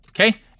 Okay